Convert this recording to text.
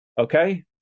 okay